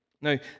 Now